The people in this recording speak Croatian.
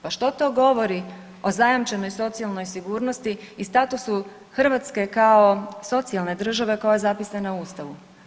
Pa što to govori o zajamčenoj socijalnoj sigurnosti i statusu Hrvatske kao socijalne države koja je zapisana u ustavu?